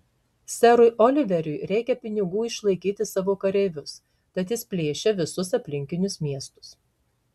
serui oliveriui reikia pinigų išlaikyti savo kareivius tad jis plėšia visus aplinkinius miestus